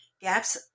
Gaps